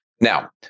Now